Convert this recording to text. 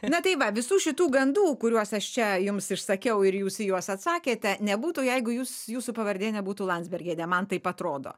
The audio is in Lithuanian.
na tai va visų šitų gandų kuriuos aš čia jums išsakiau ir jūs į juos atsakėte nebūtų jeigu jūs jūsų pavardė nebūtų landsbergienė man taip atrodo